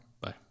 Bye